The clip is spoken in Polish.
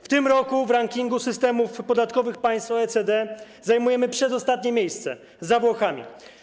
W tym roku w rankingu systemów podatkowych państw OECD zajmujemy przedostatnie miejsce, za Włochami.